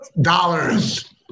dollars